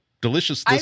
delicious